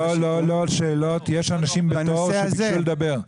לא, יש אנשים בתור שביקשו לדבר.